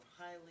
highly